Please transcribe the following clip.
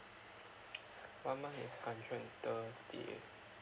one month is hundred and thirty